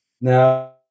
Now